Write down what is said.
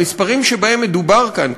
המספרים שבהם מדובר כאן,